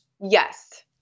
Yes